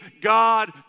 God